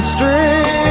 Street